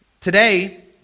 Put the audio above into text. Today